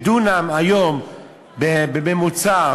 ושהיום דונם עולה בממוצע,